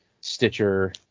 Stitcher